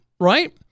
right